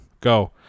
go